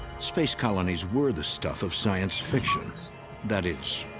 space colonies were the stuff of science-fiction that is,